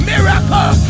Miracle